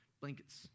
blankets